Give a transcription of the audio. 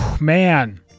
man